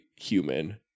human